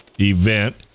event